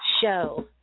show